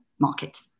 market